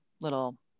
little